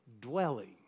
dwelling